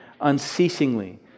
unceasingly